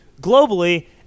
globally